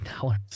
dollars